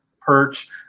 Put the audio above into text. perch